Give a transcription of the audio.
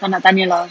tak nak tanya lah